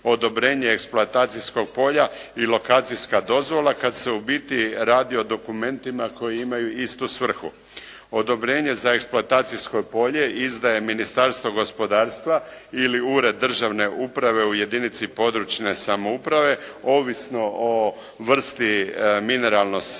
odobrenje eksploatacijskog polja i lokacijska dozvola kada se u biti radi o dokumentima koji imaju istu svrhu. Odobrenje za eksploatacijsko polje izdaje Ministarstvo gospodarstva ili Ured državne uprave u jedinici područne samouprave ovisno o vrsti mineralne